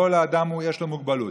כל אדם יש לו מוגבלות.